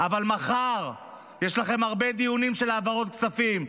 אבל מחר יש לכם הרבה דיונים של העברות כספים,